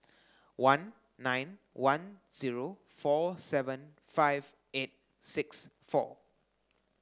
one nine one zero four seven five eight six four